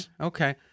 Okay